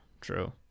True